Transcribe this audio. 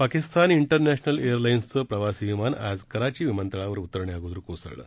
पाकिस्तान विरनक्रमल एअर लाईन्सचं प्रवासी विमान आज कराची विमान तळावर उतरण्याअगोदर कोसळलं